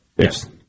Yes